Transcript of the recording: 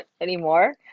anymore